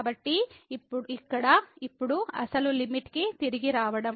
కాబట్టి ఇక్కడ ఇప్పుడు అసలు లిమిట్ కి తిరిగి రావడం